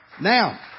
Now